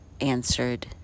answered